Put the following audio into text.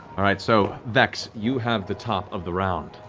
right, so, vex, you have the top of the round.